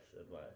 advice